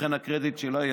ולכן הקרדיט שלה.